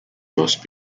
must